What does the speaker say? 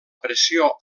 pressió